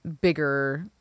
bigger